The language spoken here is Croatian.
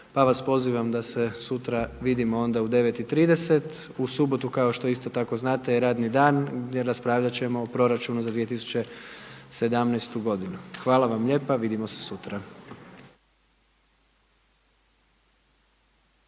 pa vas pozivam da se sutra vidimo onda u 9,30. U subotu, kao što isto tako znate je radni dan i raspravljati ćemo o proračunu za 2017. godinu. Hvala vam lijepa. Vidimo se sutra.